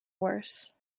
worse